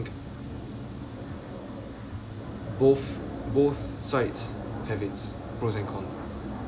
both both sides have its pros and cons